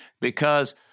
because-